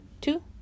two